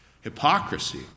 hypocrisy